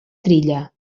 trilla